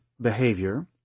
behavior